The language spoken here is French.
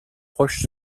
proches